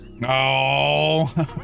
No